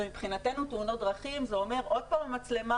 ומבחינתנו תאונות דרכים זה אומר עוד פעם מצלמה